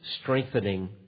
strengthening